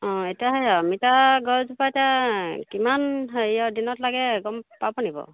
অঁ এতিয়া সেই অমিতা গছজোপা এতিয়া কিমান হেৰিয় দিনত লাগে গম পাবনি বাৰু